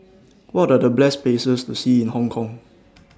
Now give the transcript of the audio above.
What Are The Best Places to See in Hong Kong